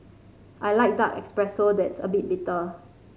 I like dark espresso that's a bit bitter